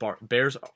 Bears